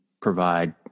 provide